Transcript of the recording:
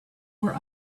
were